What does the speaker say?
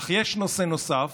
אך יש נושא נוסף